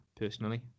personally